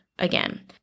Again